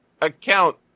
account